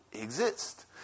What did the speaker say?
exist